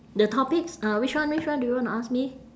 the topics uh which one which one do you want to ask me